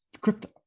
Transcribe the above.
crypto